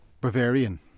Bavarian